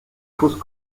fosses